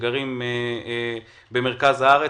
שגרים במרכז הארץ.